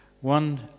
one